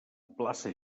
plaça